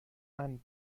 einen